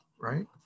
right